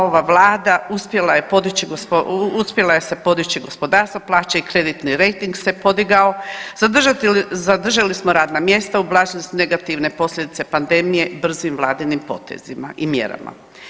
ova Vlada uspjela je podići gospodarstvo, plaće i kreditni rejting se podigao, zadržali smo radna mjesta, ublažili smo negativne posljedice pandemije brzim vladinim potezima i mjerama.